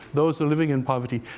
those who are living in poverty.